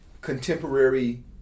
contemporary